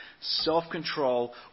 self-control